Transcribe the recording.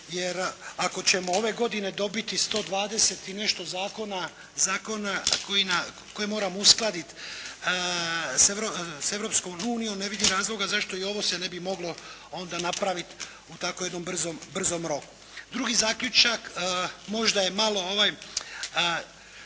Jer, ako ćemo ove godine dobiti 120 i nešto zakona koje moramo uskladiti s Europskom unijom, ne vidim razloga zašto i ovo se ne bi moglo onda napraviti u tako jednom brzom roku. Drugi zaključak možda je malo